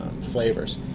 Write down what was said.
flavors